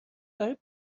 برای